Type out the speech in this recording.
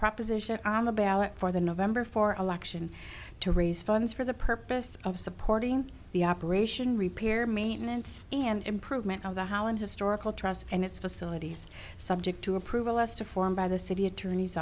proposition on the ballot for the november for election to raise funds for the purpose of supporting the operation repair maintenance and improvement of the hauen historical trust and its facilities subject to approval as to form by the city attorney's